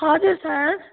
हजुर सर